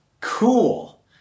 Cool